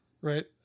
right